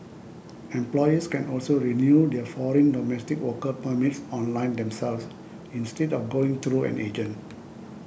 employers can also renew their foreign domestic worker permits online themselves instead of going through an agent